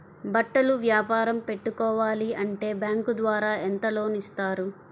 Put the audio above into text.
బట్టలు వ్యాపారం పెట్టుకోవాలి అంటే బ్యాంకు ద్వారా ఎంత లోన్ ఇస్తారు?